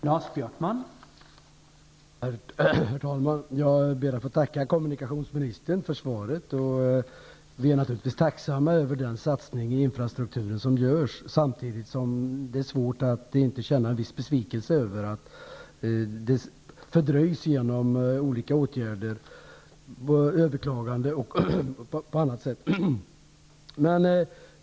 Herr talman! Jag ber att få tacka kommunikationsministern för svaret. Vi är naturligtvis tacksamma för den satsning på infrastrukturen som görs. Samtidigt är det svårt att inte känna en viss besvikelse över att detta fördröjs genom överklaganden och på annat sätt.